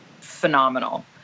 phenomenal